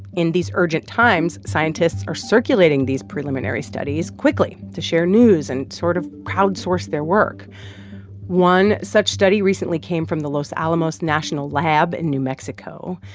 in these urgent times, scientists are circulating these preliminary studies quickly to share news and sort of crowdsource their work one such study recently came from the los alamos national lab in new mexico.